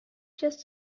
just